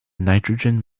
nitrogen